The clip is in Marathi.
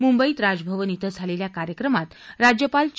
मुंबईत राजभवन इथं झालेल्या कार्यक्रमात राज्यपाल चे